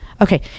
okay